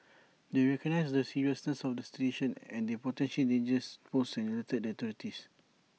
they recognised the seriousness of the situation and the potential danger posed and alerted the authorities